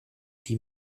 die